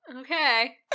Okay